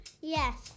Yes